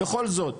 בכל זאת,